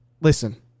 listen